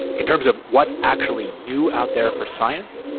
in terms of what's actually new out there for science,